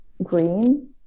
green